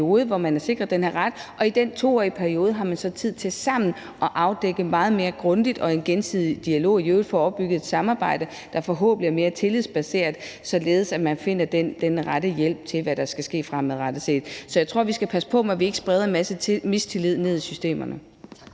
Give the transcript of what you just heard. hvor man er sikret den her ret, og i den 2-årige periode har man så tid til sammen at afdække det meget mere grundigt og i øvrigt i en gensidig dialog at få opbygget et samarbejde, der forhåbentlig er mere tillidsbaseret, således at man finder den rette hjælp til, hvad der skal ske fremadrettet. Så jeg tror, at vi skal passe på, at vi ikke spreder en masse mistillid ned i systemerne.